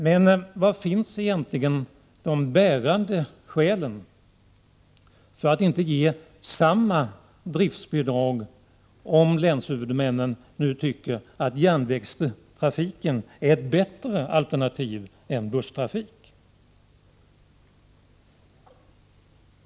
Men vilka är egentligen de bärande skälen för att inte ge samma driftsbidrag, om länshuvudmännen tycker att järnvägstrafiken är ett bättre alternativ än busstrafiken?